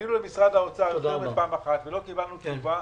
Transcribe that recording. פנינו למשרד האוצר יותר מפעם אחת ולא קיבלנו תשובה.